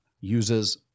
uses